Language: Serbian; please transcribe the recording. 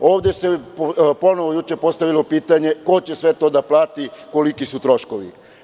Ovde se ponovo juče postavilo pitanje ko će sve to da plati, koliki su troškovi?